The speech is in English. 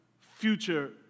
future